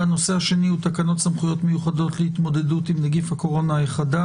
והשני הוא תקנות סמכויות מיוחדות להתמודדות עם נגיף הקורונה החדש